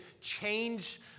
change